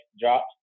dropped